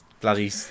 Bloody